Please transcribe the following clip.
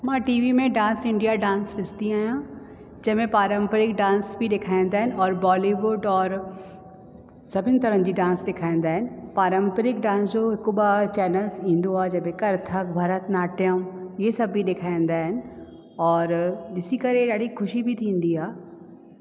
मां टीवी में Dance India Dance ॾिसंदी आहियां जंहिंमें पारम्परिक डांस बि ॾेखारींदा आहिनि और बॉलीवुड और सभिनि तरह जी डांस ॾेखारींदा आहिनि पारम्परिक डांस जो हिकु ॿ चैनल्स ईंदो आहे जंहिं में कथक भरतनाट्यम इहे सभु बि ॾेखारींदा आहिनि और ॾिसी करे ॾाढी ख़ुशी बि थींदी आहे